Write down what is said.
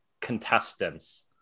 contestants